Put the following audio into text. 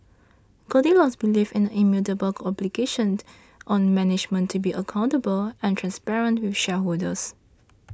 goldilocks believes in the immutable obligation on management to be accountable and transparent with shareholders